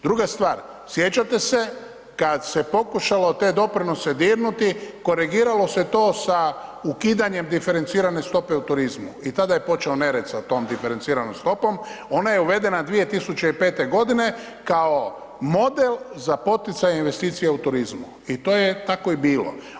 Druga stvar, sjećate se kad se pokušalo te doprinose dirnuti, korigiralo se to sa ukidanjem diferencirane stope u turizmu i tada je počeo nered sa tom diferenciranom stopom, ona je uvedena 2005.g. kao model za poticaje i investicije u turizmu i to je tako i bilo.